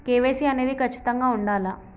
KYC అనేది ఖచ్చితంగా ఉండాలా?